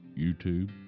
YouTube